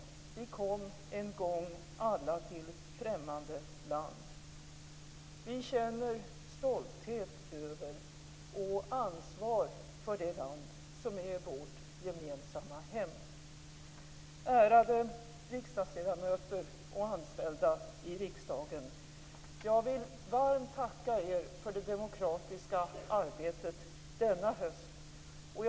Vi kom en gång alla till främmande land." Vi känner stolthet över och ansvar för det land som är vårt gemensamma hem. Ärade riksdagsledamöter och anställda i riksdagen! Jag vill varmt tacka för det demokratiska arbetet denna höst.